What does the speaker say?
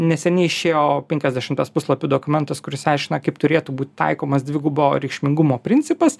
neseniai išėjo penkiasdešimties puslapių dokumentas kuris aiškina kaip turėtų būt taikomas dvigubo reikšmingumo principas